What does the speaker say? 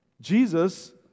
Jesus